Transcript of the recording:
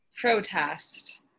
protest